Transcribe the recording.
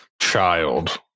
Child